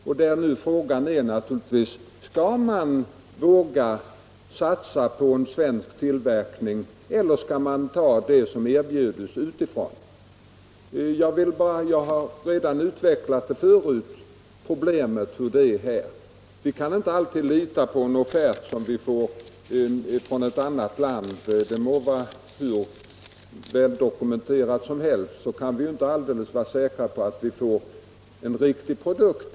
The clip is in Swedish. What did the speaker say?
Och då är frågan naturligtvis denna: Skall vi våga satsa på en svensk tillverkning, eller skall vi ta det som erbjuds utifrån? Jag har tidigare utvecklat den här saken och framhållit att vi inte alltid kan lita på en offert från annat land, den må vara hur väldokumenterad som helst. Vi kan ändå inte vara helt säkra på att vi får en riktig produkt.